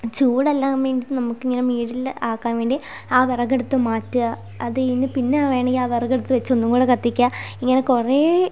ചൂട് നമ്മൾക്ക് മിഡിലിൽ ആക്കാൻ വേണ്ടി ആ വിറകെടുത്ത് മാറ്റാം അതുകഴിഞ്ഞ് പിന്നെ വേണമെങ്കിൽ ആ വിറകെടുത്ത് വച്ച് ഒന്നുംകൂടി കത്തിക്കാം ഇങ്ങനെ കുറേ